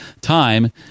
Time